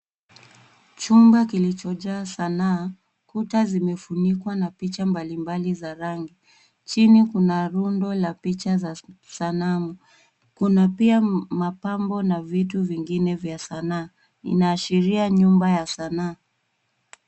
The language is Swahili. Chumba kilichojaa sanaa, kuta zimefunikwa na picha mbalimbali za rangi. Chini kuna rundo la picha za sanamu. Kuna pia mapambo na vitu vingine vya sanaa. Inaashiria nyumba ya sanaa.